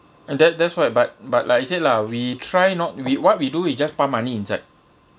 and that that's why but but like I said lah we try not we what we do we just pump money inside